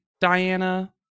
diana